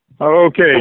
Okay